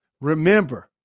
remember